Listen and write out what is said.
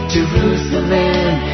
Jerusalem